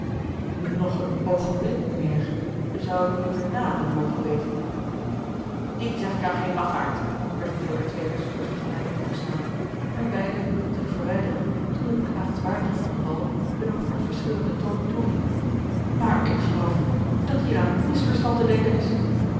nog een oogenblik mijnheer zou ik uwe namen mogen weten dien zeg ik aan geen lafaard werd hem door de twee bezoekers tegelijk toegesnaauwd en beide wilden zich verwijderen toen de beklagenswaardige van de wall hun op hartverscheurenden toon toeriep maar ik geloof dat hier aan een misverstand te denken is